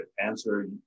answer